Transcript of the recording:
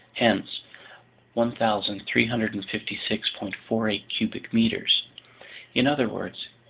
hence one thousand three hundred and fifty six point four eight cubic meters in other words,